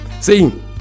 see